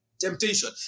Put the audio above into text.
Temptation